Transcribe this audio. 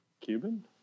Cuban